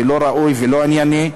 לא ראוי ולא ענייני.